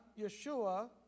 Yeshua